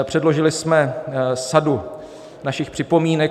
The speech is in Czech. Předložili jsme sadu svých připomínek.